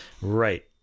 Right